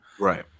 Right